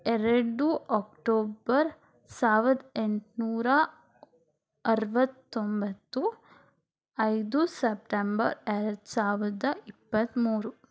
ಎರಡು ಅಕ್ಟೋಬರ್ ಸಾವಿರದ ಎಂಟುನೂರ ಅರುವತ್ತೊಂಬತ್ತು ಐದು ಸೆಪ್ಟೆಂಬರ್ ಎರಡು ಸಾವಿರದ ಇಪ್ಪತ್ತ್ಮೂರು